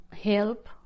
help